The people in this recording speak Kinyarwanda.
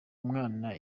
umwana